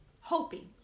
hoping